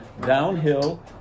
downhill